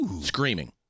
screaming